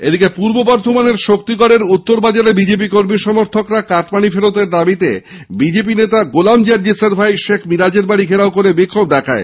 এদিকে পূর্ব বর্ধমানের শক্তিগড়ের উত্তর বাজারে বিজেপি কর্মী সমর্থকরা কাটমানি ফেরতের দাবিতে বিজেপি নেতা গোলাম জার্জিসের ভাই সেখ মিরাজের বাড়ি ঘেরাও করে বিক্ষোভ দেখায়